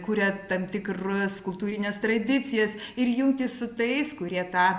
kuria tam tikras kultūrines tradicijas ir jungtys su tais kurie tą